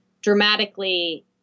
dramatically